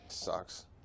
Sucks